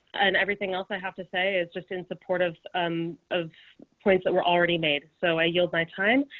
and everything else, i have to say it's just in supportive um of points that were already made. so i yield my time.